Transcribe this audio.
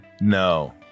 no